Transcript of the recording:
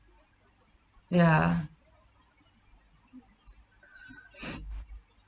ya